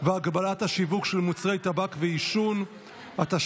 והגבלת השיווק של מוצרי טבק ועישון (תיקון,